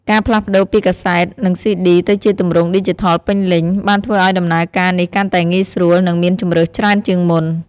ការផ្លាស់ប្តូរពីកាសែត និងស៊ីឌី ទៅជាទម្រង់ឌីជីថលពេញលេញ បានធ្វើឱ្យដំណើរការនេះកាន់តែងាយស្រួល និងមានជម្រើសច្រើនជាងមុន។